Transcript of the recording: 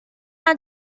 our